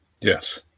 yes